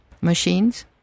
machines